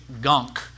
gunk